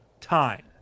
time